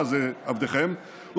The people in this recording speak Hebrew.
הממשלה" זה עבדכם חברת הכנסת בן ארי.